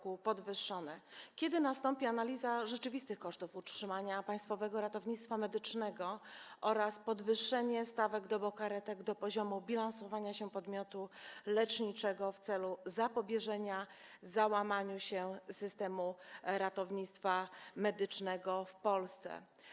Kiedy nastąpi analiza rzeczywistych kosztów utrzymania Państwowego Ratownictwa Medycznego oraz podwyższenie stawek dobokaretek do poziomu bilansowania się podmiotu leczniczego w celu zapobieżenia załamaniu się systemu ratownictwa medycznego w Polsce?